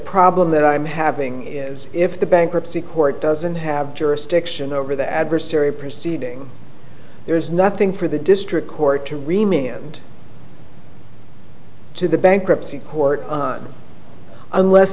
problem that i'm having is if the bankruptcy court doesn't have jurisdiction over the adversary proceeding there is nothing for the district court to remain and to the bankruptcy court unless